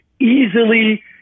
easily